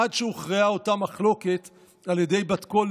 עד שהוכרעה אותה מחלוקת על ידי בת קול